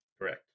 Correct